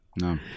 No